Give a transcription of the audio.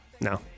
No